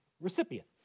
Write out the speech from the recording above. recipient